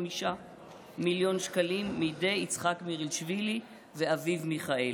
מיליון שקלים מידי יצחק מירילשווילי ואביו מיכאל.